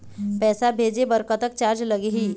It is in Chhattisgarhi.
पैसा भेजे बर कतक चार्ज लगही?